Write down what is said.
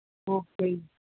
okay ਜੀ